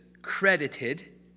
Credited